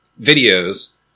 videos